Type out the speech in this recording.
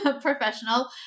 professional